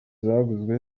zaguzwe